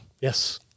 Yes